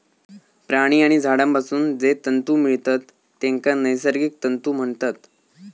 प्राणी आणि झाडांपासून जे तंतु मिळतत तेंका नैसर्गिक तंतु म्हणतत